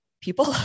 people